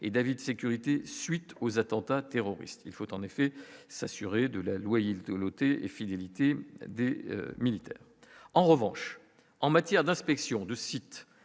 et David sécurité suite aux attentats terroristes, il faut en effet s'assurer de la loi, il tout noté et fidélité des militaires, en revanche, en matière d'inspection de sites,